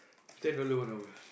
ten dollar one hour